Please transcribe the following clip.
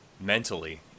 mentally